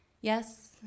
Yes